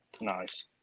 Nice